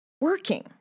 working